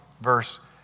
verse